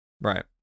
Right